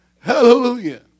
Hallelujah